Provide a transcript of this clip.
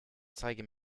zeige